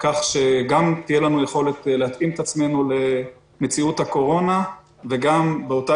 כך שגם תהיה לנו יכולת להתאים את עצמנו למציאות הקורונה וגם באותה